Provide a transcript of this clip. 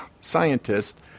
scientists